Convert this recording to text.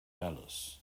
dallas